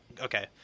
Okay